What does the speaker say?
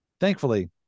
thankfully